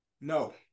No